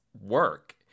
work